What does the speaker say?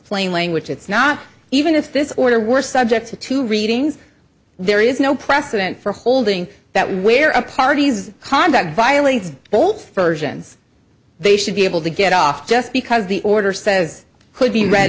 plain language it's not even if this order were subject to two readings there is no precedent for holding that where a party's conduct violates both versions they should be able to get off just because the order says could be read